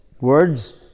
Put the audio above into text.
words